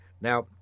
Now